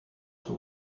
too